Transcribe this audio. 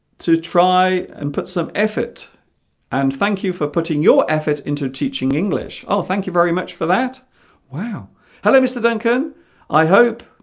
to try and put some effort and thank you for putting your effort into teaching english oh thank you very much for that wow hello mr. duncan i hope